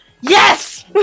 Yes